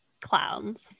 clowns